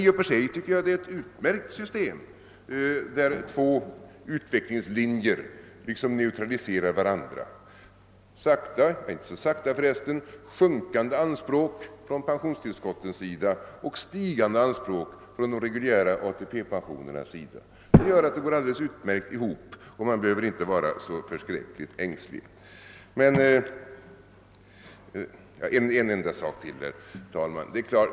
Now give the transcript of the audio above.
I och för sig tycker jag att det är ett utmärkt system där två utvecklingslinjer neutraliserar varandra: sjunkande anspråk från pensionstillskottens sida och stigande anspråk från de reguljära ATP-pensionernas sida. Det går utmärkt ihop, och man behöver inte vara så ängslig.